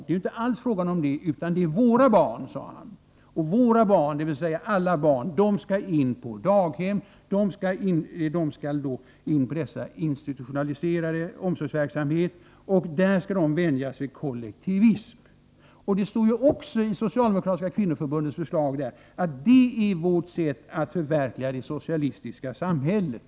Det är inte alls fråga om det, utan det är våra barn, sade han. Våra, dvs. alla, barn skall in på daghem. De skall in på denna institutionaliserade omsorgsverksamhet. Där skall de vänjas vid kollektivism. Det står också i det socialdemokratiska kvinnoförbundets program att detta är sättet att förverkliga det socialistiska samhället.